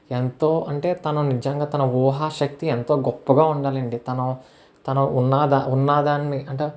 ఎంతో అంటే తను నిజంగా తన ఊహా శక్తి ఎంతో గొప్పగా ఉండాలండి తను తను ఉన్నదా ఉన్న దానిని అంటే